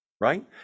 right